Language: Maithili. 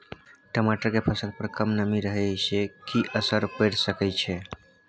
टमाटर के फसल पर कम नमी रहै से कि असर पैर सके छै?